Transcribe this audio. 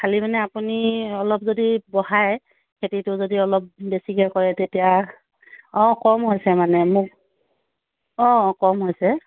খালী মানে আপুনি অলপ যদি বঢ়ায় খেতিটো যদি অলপ বেছিকৈ কৰে তেতিয়া অ কম হৈছে মানে মোক অ কম হৈছে